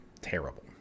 terrible